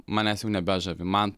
manęs jau nebežavi man